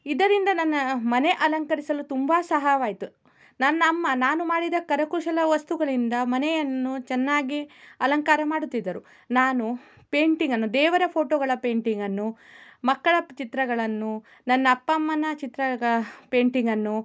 ಇದರಿಂದ ನನ್ನ ಮನೆ ಅಲಂಕರಿಸಲು ತುಂಬ ಸಹಾಯವಾಯಿತು ನನ್ನ ಅಮ್ಮ ನಾನು ಮಾಡಿದ ಕರಕುಶಲ ವಸ್ತುಗಳಿಂದ ಮನೆಯನ್ನು ಚೆನ್ನಾಗಿ ಅಲಂಕಾರ ಮಾಡುತ್ತಿದ್ದರು ನಾನು ಪೇಂಟಿಂಗ್ ಅನ್ನು ದೇವರ ಫೋಟೋಗಳ ಪೇಂಟಿಂಗ್ ಅನ್ನು ಮಕ್ಕಳ ಚಿತ್ರಗಳನ್ನು ನನ್ನ ಅಪ್ಪ ಅಮ್ಮನ ಚಿತ್ರ ಪೇಂಟಿಂಗ್ ಅನ್ನು